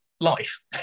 life